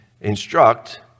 instruct